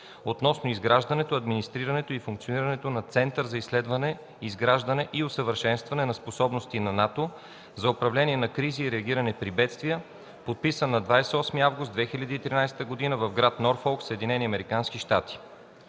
относно изграждането, администрирането и функционирането на Център за изследване, изграждане и усъвършенстване на способности на НАТО за управление на кризи и реагиране при бедствия, подписан на 28 август 2013 г. в град Норфолк,